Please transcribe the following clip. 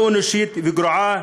לא-אנושית וגרועה,